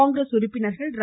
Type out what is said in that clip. காங்கிரஸ் உறுப்பினர்கள் ர